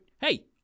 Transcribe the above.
Hey